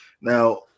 Now